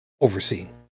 overseeing